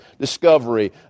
discovery